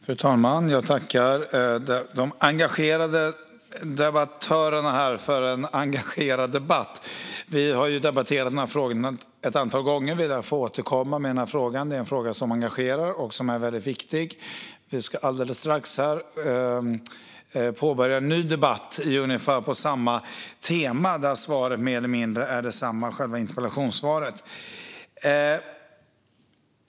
Fru talman! Jag tackar de engagerade debattörerna för en engagerad debatt. Vi har debatterat dessa frågor ett antal gånger, och vi lär få återkomma. Det är en fråga som engagerar och som är väldigt viktig. Vi ska alldeles strax påbörja en ny debatt på ungefär samma tema där svaret på interpellationen mer eller mindre är detsamma.